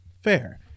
Fair